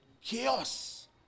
chaos